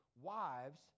wives